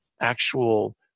actual